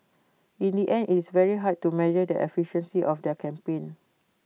in the end IT is very hard to measure the efficiency of their campaign